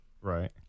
Right